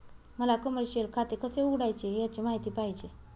मला कमर्शिअल खाते कसे उघडायचे याची माहिती पाहिजे